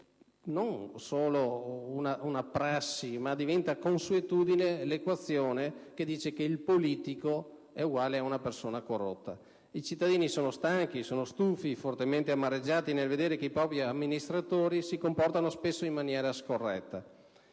non solo prassi ma consuetudine l'equazione secondo la quale il politico è sostanzialmente una persona corrotta. I cittadini sono stanchi, stufi, fortemente amareggiati di vedere che i propri amministratori si comportano spesso in maniera scorretta.